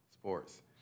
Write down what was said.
Sports